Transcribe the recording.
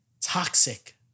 toxic